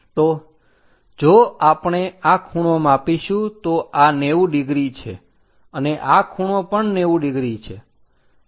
તો જો આપણે આ ખૂણો માપીશું તો આ 90 ડિગ્રી છે અને આ ખૂણો પણ 90 ડિગ્રી છે